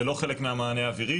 זה לא חלק מהמענה האווירי,